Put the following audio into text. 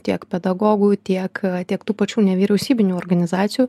tiek pedagogų tiek tiek tų pačių nevyriausybinių organizacijų